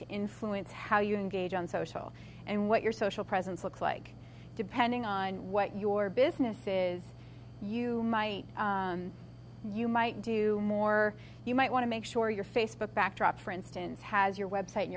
to influence how you engage on social and what your social presence looks like depending on what your business is you might you might do more you might want to make sure your facebook backdrop for instance has your website